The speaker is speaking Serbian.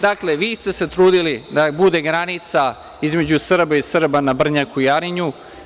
Dakle, vi ste se trudili da bude granica između Srba i Srba na Brnjaku i Jarinju.